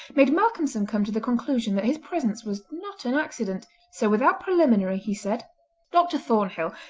made malcolmson come to the conclusion that his presence was not an accident, so without preliminary he said dr. thornhill,